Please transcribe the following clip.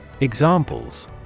Examples